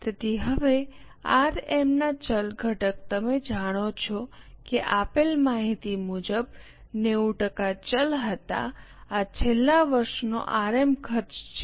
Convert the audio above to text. તેથી હવે આરએમના ચલ ઘટક તમે જાણો છો કે આપેલ માહિતી મુજબ 90 ટકા ચલ હતા આ છેલ્લા વર્ષોનો આરએમ ખર્ચ છે